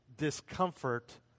Discomfort